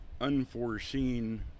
unforeseen